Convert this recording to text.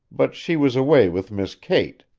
but she was away with miss kate.